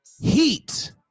Heat